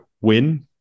win